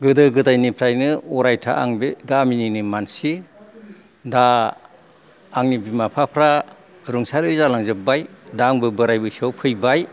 गोदो गोदायनिफ्रायनो अरायथा आं बे गामिनिनो मानसि दा आंनि बिमा बिफाफ्रा रुंसारि जालांजोबबाय दा आंबो बोराय बैसोयाव फैबाय